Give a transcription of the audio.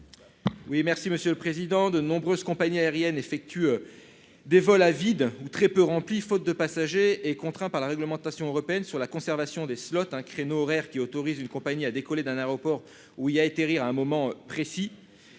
Oui, merci Monsieur le Président, de nombreuses compagnies aériennes effectuent des vols à vide ou très peu rempli, faute de passagers et contraints par la réglementation européenne sur la conservation des slots créneaux horaires qui autorise une compagnie a décollé d'un aéroport où il a été rire à un moment précis,